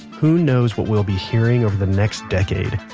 who knows what we'll be hearing over the next decade.